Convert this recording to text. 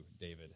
David